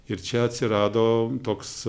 ir čia atsirado toks